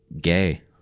gay